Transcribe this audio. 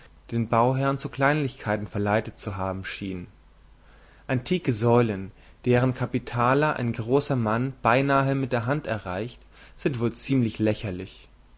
den bauherrn zu kleinlichkeiten verleitet zu haben schien antike säulen deren kapitaler ein großer mann beinahe mit der hand erreicht sind wohl ziemlich lächerlich